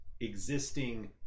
existing